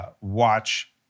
watch